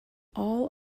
all